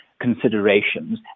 considerations